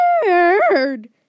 scared